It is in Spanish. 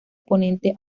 ponente